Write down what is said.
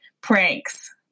pranks